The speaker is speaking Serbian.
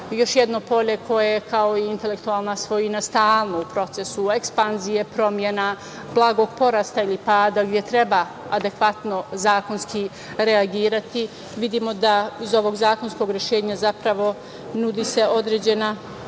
još jedno polje koje kao intelektualna svojina stalno u procesu ekspanzije, promena, blagog porasta ili pada, gde treba adekvatno zakonski reagirati. Vidimo da iz ovog zakonskog rešenja zapravo nudi se određena